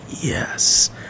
yes